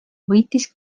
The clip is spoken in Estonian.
võitis